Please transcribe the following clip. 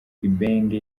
ibenge